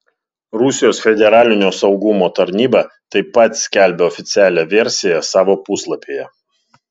rusijos federalinio saugumo tarnyba taip pat skelbia oficialią versiją savo puslapyje